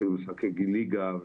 יפעילו משחקי ליגה,